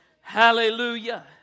Hallelujah